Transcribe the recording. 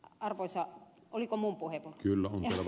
arvoisa puhemies